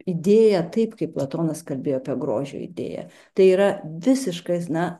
idėją taip kaip platonas kalbėjo apie grožio idėją tai yra visiškas na